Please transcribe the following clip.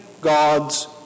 God's